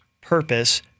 purpose